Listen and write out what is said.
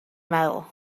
metal